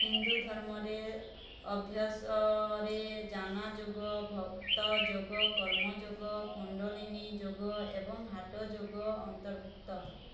ହିନ୍ଦୁ ଧର୍ମରେ ଅଭ୍ୟାସରେ ଜାନା ଯୋଗ ଭକ୍ତ ଯୋଗ କର୍ମ ଯୋଗ କୁଣ୍ଡଳିନୀ ଯୋଗ ଏବଂ ହାଟ ଯୋଗ ଅନ୍ତର୍ଭୁକ୍ତ